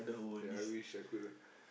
ya I wish I could ah